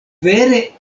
vere